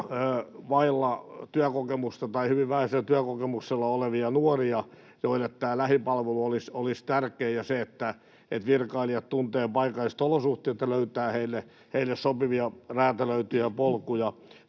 vailla työkokemusta tai hyvin vähäisellä työkokemuksella olevia nuoria, joille olisi tärkeää tämä lähipalvelu ja se, että virkailijat tuntevat paikalliset olosuhteet ja löytävät heille sopivia, räätälöityjä polkuja